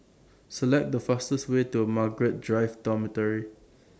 Select The fastest Way to Margaret Drive Dormitory